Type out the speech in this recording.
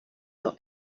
dos